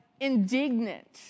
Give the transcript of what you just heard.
indignant